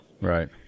Right